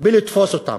בלתפוס אותם.